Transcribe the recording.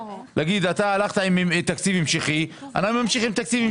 אתה הלכת עם תקציב המשכי ואנחנו נמשיך עם זה.